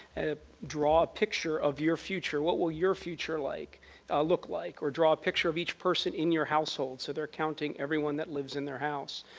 ah draw a picture of your future, what will your future like look like? or draw a picture of each person in your household, so they are counting everyone that lives in their house,